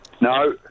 No